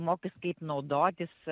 mokys kaip naudotis